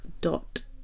dot